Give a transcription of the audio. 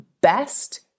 best